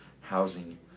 housing